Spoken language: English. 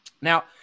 Now